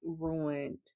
ruined